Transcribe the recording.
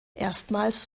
erstmals